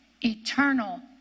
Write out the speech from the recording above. Eternal